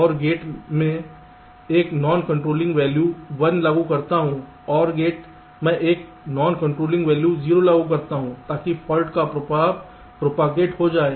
और गेट मैं एक नॉन कंट्रोलिंग वैल्यू 1 लागू करता हूं OR गेट मैं एक नॉन कंट्रोलिंग वैल्यू 0 को लागू करता है ताकि फाल्ट का प्रभाव प्रोपागेट हो जाए